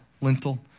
lintel